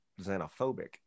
xenophobic